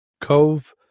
Cove